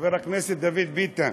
חבר הכנסת דוד ביטן,